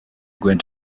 going